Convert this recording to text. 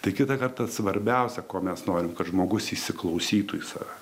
tai kitą kartą svarbiausia ko mes norim kad žmogus įsiklausytų į save